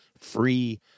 free